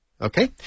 okay